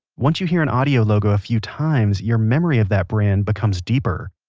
once you hear an audio logo a few times, your memory of that brand becomes deeper.